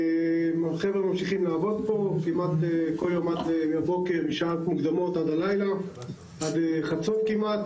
החבר'ה ממשיכים לעבוד פה כל יום מהבוקר משעות מוקדמות עד חצות כמעט,